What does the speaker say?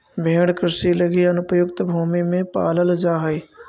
भेंड़ कृषि लगी अनुपयुक्त भूमि में पालल जा हइ